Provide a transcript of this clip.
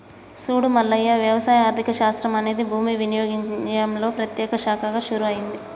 సూడు మల్లయ్య వ్యవసాయ ఆర్థిక శాస్త్రం అనేది భూమి వినియోగంలో ప్రత్యేక శాఖగా షురూ అయింది